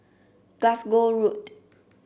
Glasgow Road